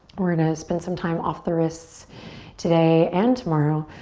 we're gonna spend some time off the wrists today and tomorrow.